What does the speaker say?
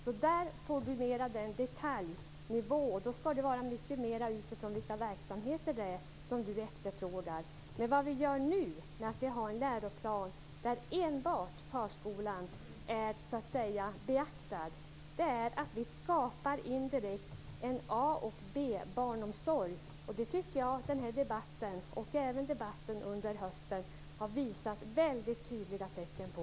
Då får man mer en detaljnivå. Det skall handla mycket mer om de verksamheter som efterfrågas. Nu har vi en läroplan där enbart förskolan är beaktad. Det gör att vi indirekt skapar en A-barnomsorg och en B-barnomsorg. Det tycker jag att den här debatten och även debatten under hösten har visat tydliga tecken på.